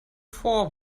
four